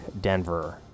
Denver